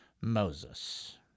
Moses